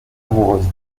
amoureuse